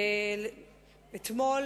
אתמול